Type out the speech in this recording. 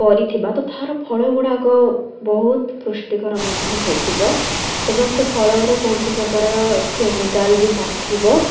କରିଥିବା ତ ତାହାର ଫଳ ଗୁଡ଼ାକ ବହୁତ ପୃଷ୍ଟିକର ମଧ୍ୟ ହୋଇଥିବ ଏବଂ ସେ ଫଳରେ କୌଣସି ପ୍ରକାର କେମିକାଲ୍ ବି ନଥିବ